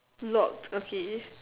locked okay